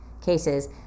cases